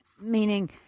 meaning